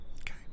Okay